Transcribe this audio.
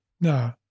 No